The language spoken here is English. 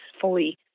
fully